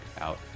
out